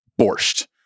borscht